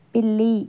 పిల్లి